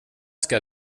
ska